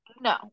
No